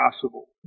possible